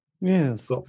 yes